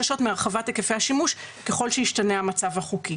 ובוודאי לאור החששות מהרחבת היקפי השימוש ככל שישתנה המצב החוקי...".